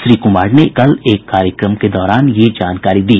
श्री कुमार ने कल एक कार्यक्रम के दौरान ये जानकारी दी